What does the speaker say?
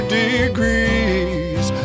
degrees